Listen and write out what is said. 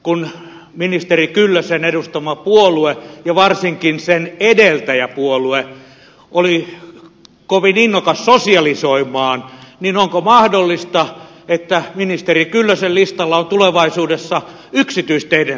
kun ministeri kyllösen edustama puolue ja varsinkin sen edeltäjäpuolue oli kovin innokas sosialisoimaan niin onko mahdollista että ministeri kyllösen listalla on tulevaisuudessa yksityisteiden sosialisointi